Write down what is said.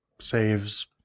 Saves